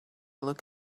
look